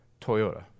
Toyota